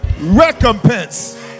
recompense